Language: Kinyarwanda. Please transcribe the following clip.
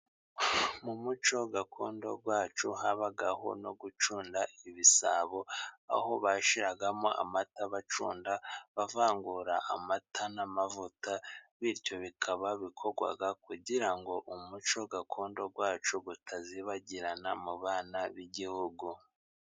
Mu muco gakondo wacu habagaho no gucunda ibisabo, aho bashiragamo amata bacunda bavangura amata n'amavuta, bityo bikaba bikorwa kugira ngo umuco gakondo wacu utazibagirana mu bana b'Igihugu.